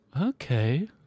Okay